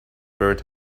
bird